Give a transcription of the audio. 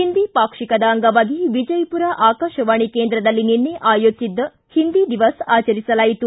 ಹಿಂದಿ ಪಾಕ್ಷಿಕದ ಅಂಗವಾಗಿ ವಿಜಯಪುರ ಆಕಾಶವಾಣಿ ಕೇಂದ್ರದಲ್ಲಿ ನಿನ್ನೆ ಆಯೋಜಿಸಿದ್ದ ಹಿಂದಿ ದಿವಸ್ ಆಚರಿಸಲಾಯಿತು